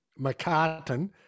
McCartan